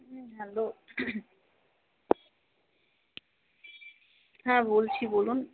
হুম hello হ্যাঁ বলছি বলুন